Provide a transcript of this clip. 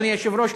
אדוני היושב-ראש,